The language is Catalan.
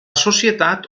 societat